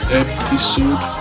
episode